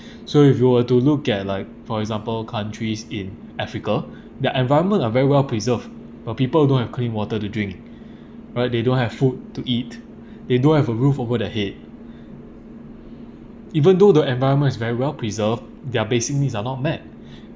so if you were to look at like for example countries in africa the environment are very well preserved but people don't have clean water to drink right they don't have food to eat they don't have a roof over their head even though the environment is very well preserved their basic needs are not met